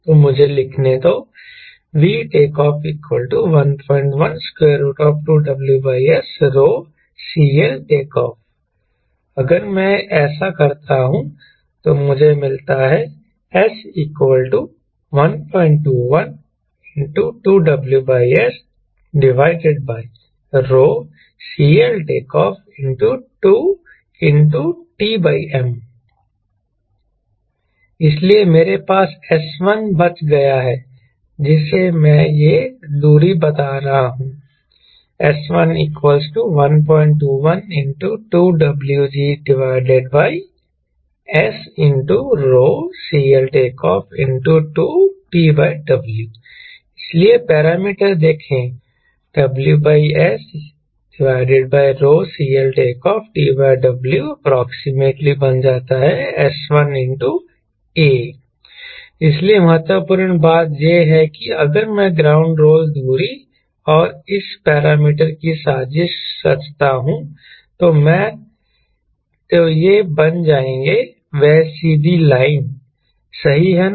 तो मुझे लिखने दो VTO 11 2 WSρ CLTO अगर मैं ऐसा करता हूं तो मुझे मिलता है s 121 2 W Sρ CLTO 2 Tm इसलिए मेरे पास S1 बच गया है जिसे मैं यह दूरी बता रहा हूं s1 121 2W gS ρ CLTO 2 TW इसलिए पैरामीटर देखें W Sρ CLTO TWs1 A इसलिए महत्वपूर्ण बात यह है कि अगर मैं ग्राउंड रोल दूरी और इस पैरामीटर की साजिश रचता हूं तो वे बन जाएंगे एक सीधी लाइन सही है ना